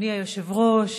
אדוני היושב-ראש,